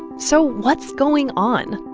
so what's going on?